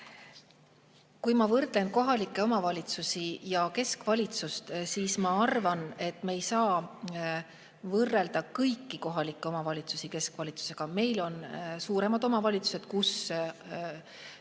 Kui ma võrdlen kohalikke omavalitsusi ja keskvalitsust, siis ma arvan, et me ei saa võrrelda kõiki kohalikke omavalitsusi keskvalitsusega. Meil on suuremaid omavalitsusi, kus